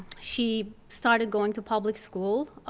she started going to public school,